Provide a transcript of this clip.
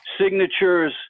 signatures